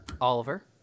oliver